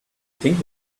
think